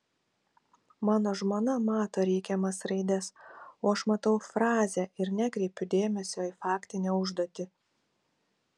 mano žmona mato reikiamas raides o aš matau frazę ir nekreipiu dėmesio į faktinę užduotį